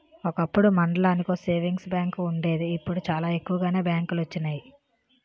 ఒకప్పుడు మండలానికో savings bank వుండేది ఇప్పుడు చాలా ఎక్కువగానే బ్యాంకులొచ్చినియి